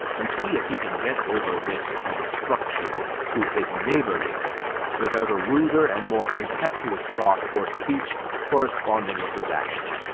and see if he can get over this obstruction to his neighborliness without a ruder and more impetuous thought or speech corresponding with his action.